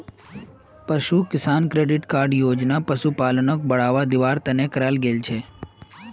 पशु किसान credit card योजना पशुपालनक बढ़ावा दिवार तने कराल गेल छे